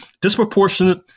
disproportionate